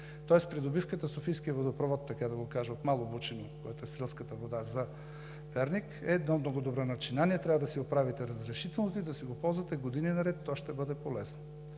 Тоест придобивката със софийския водопровод, така да го кажа, е от Мало Бучино, което е с Рилската вода за Перник, е едно много добро начинание. Трябва да си оправите разрешителното и да си го ползвате години наред и то ще бъде полезно.